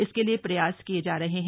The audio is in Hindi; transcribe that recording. इसके लिए प्रयास किये जा रहे हैं